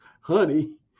honey